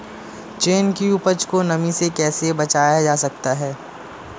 चने की उपज को नमी से कैसे बचाया जा सकता है?